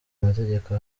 mategeko